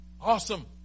awesome